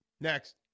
Next